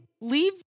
leave